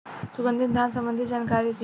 सुगंधित धान संबंधित जानकारी दी?